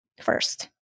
first